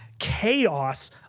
chaos